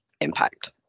impact